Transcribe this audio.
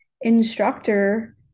instructor